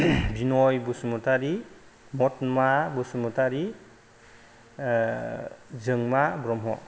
बिनय बसुमतारि बटमा बसुमतारि आह जोंमा ब्रह्म